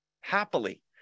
happily